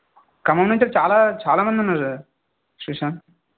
ఖమ్మం నుంచి చాలా చాలా మంది ఉన్నారు సుశాంత్